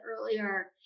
earlier